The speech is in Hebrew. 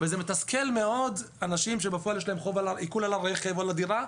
זה מתסכל מאוד אנשים שיש לכם עיקול על הרכב או על הדירה,